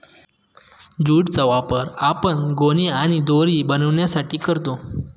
jute चा वापर आपण गोणी आणि दोरी बनवण्यासाठी करतो